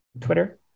twitter